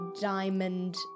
diamond